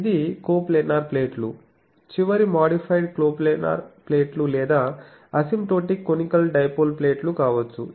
ఇది కోప్లానార్ ప్లేట్లు చివరి మాడిఫైడ్ కోప్లానార్ ప్లేట్లు లేదా అసిమ్ప్టోటిక్ కొనికల్ డైపోల్ ప్లేట్లు కావచ్చు